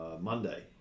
Monday